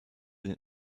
den